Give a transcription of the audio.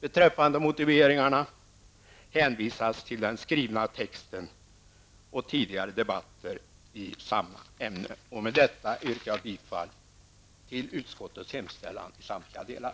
Beträffande motiveringarna hänvisas till den skrivna texten och tidigare debatter i samma ämne. Med detta yrkar jag bifall till utskottets hemställan i samtliga delar.